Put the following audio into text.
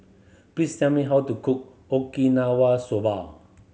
please tell me how to cook Okinawa Soba